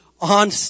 on